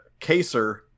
caser